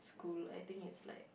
school I think it's like